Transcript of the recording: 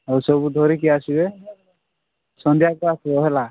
ଆଉ ସବୁ ଧରିକି ଆସିବେ ସନ୍ଧ୍ୟାକୁ ଆସିବ ହେଲା